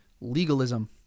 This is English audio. legalism